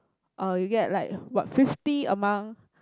or you get like what fifty among